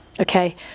Okay